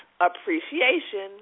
appreciation